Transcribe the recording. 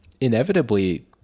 inevitably